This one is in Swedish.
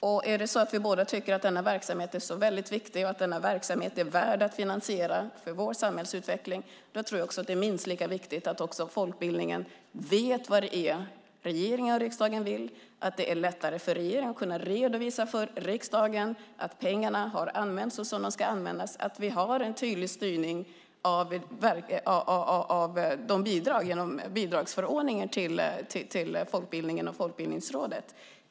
Om vi båda tycker att denna verksamhet är så viktig och är värd att finansiera för vår samhällsutveckling är det minst lika viktigt att också folkbildningen vet vad regeringen och riksdagen vill, att det är lättare för regeringen att redovisa för riksdagen att pengarna har använts på det sätt de ska användas och att det finns en tydlig styrning av bidragen genom bidragsförordningen till folkbildningen och Folkbildningsrådet.